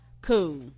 cool